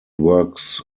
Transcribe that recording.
works